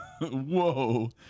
whoa